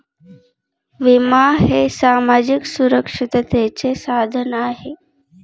विमा हे सामाजिक सुरक्षिततेचे साधन आहे